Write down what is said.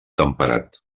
temperat